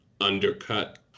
undercut